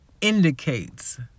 indicates